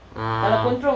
ah